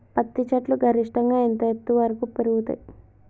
పత్తి చెట్లు గరిష్టంగా ఎంత ఎత్తు వరకు పెరుగుతయ్?